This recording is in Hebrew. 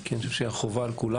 כי אני חושב שהחובה על כולנו,